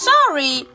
Sorry